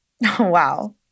Wow